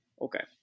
Okay